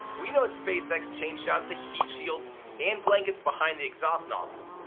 we know spacex changed out the heat shields and blankets behind the exhaust nozzles.